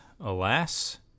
alas